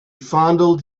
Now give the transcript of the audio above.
fondled